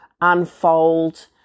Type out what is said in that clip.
unfold